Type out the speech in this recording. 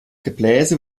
gebläse